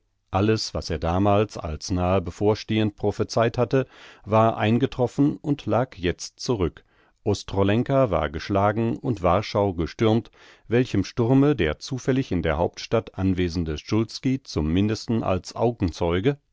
alles was er damals als nahe bevorstehend prophezeit hatte war eingetroffen und lag jetzt zurück ostrolenka war geschlagen und warschau gestürmt welchem sturme der zufällig in der hauptstadt anwesende szulski zum mindesten als